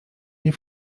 nie